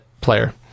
player